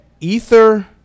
Ether